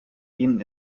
ihnen